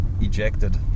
ejected